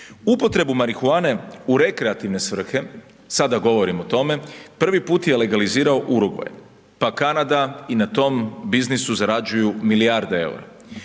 Upotrebu marihuane u rekreativne svrhe, sada govorim o tome, prvi put je legalizirao Urugvaj pa Kanada i na tom biznisu zarađuju milijarde eura.